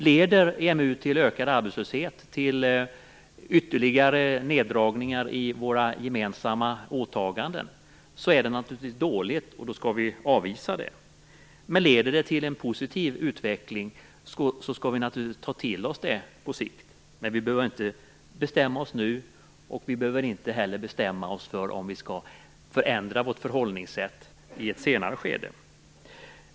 Leder EMU till ökad arbetslöshet och till ytterligare neddragningar i våra gemensamma åtaganden, är det naturligtvis dåligt. Då skall vi avvisa förslaget om inträde. Men leder EMU till en positiv utveckling, skall vi naturligtvis ta till oss den på sikt. Men vi behöver inte bestämma oss nu. Vi behöver inte heller bestämma oss för om vi skall förändra vårt förhållningssätt i ett senare skede.